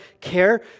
care